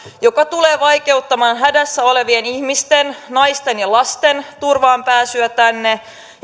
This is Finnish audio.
joka tulee vaikeuttamaan hädässä olevien ihmisten naisten ja lasten turvaanpääsyä tänne